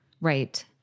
Right